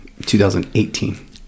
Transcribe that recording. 2018